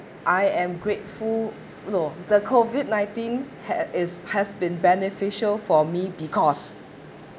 I am grateful no the COVID-nineteen had it's has been beneficial for me because